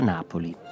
Napoli